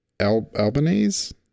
albanese